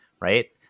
Right